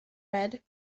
red